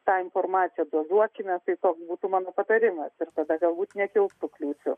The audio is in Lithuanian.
tą informaciją dozuokime tai būtų mano patarimas ir tada galbūt nekiltų kliūčių